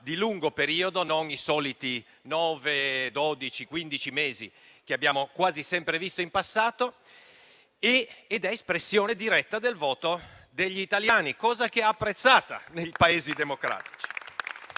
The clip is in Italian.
di lungo periodo e non i soliti nove-quindici mesi che abbiamo quasi sempre visto in passato ed è espressione diretta del voto degli italiani, cosa che è apprezzata nei Paesi democratici.